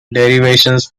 derivations